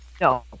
no